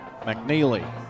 McNeely